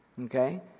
Okay